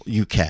UK